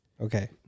Okay